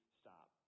stop